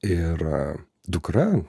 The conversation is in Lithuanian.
ir dukra